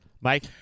Mike